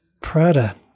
Prada